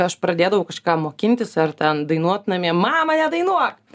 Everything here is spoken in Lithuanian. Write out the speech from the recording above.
aš pradėdavau kažką mokintis ar ten dainuot namie mama nedainuok